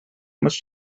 much